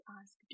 ask